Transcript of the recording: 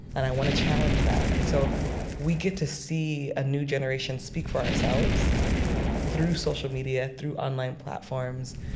and i want to challenge that. and so we get to see a new generation speak for ourselves through social media, through online platforms.